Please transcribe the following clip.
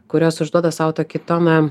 kurios užduoda sau tokį toną